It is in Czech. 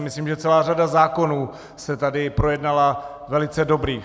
Myslím si, že celá řada zákonů se tady projednala velice dobrých.